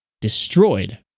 destroyed